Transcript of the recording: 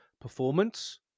performance